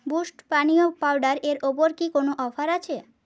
boost পানীয় powder এর ওপর কি কোনো অফার আছে